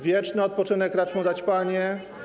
Wieczny odpoczynek racz mu dać, Panie.